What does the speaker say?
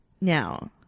Now